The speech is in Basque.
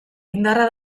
indarra